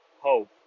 hope